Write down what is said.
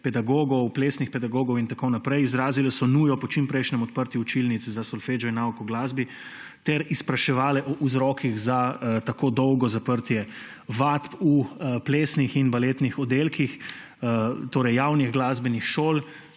pedagogov, plesnih pedagogov in tako naprej. Izrazili so nujo po čimprejšnjem odprtju učilnic za solfeggio in nauk o glasbi ter spraševali o vzrokih za tako dolgo zaprtje vadb v plesnih in baletnih oddelkih javnih glasbenih šol